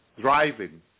driving